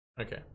Okay